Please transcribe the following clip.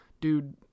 dude